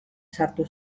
sartu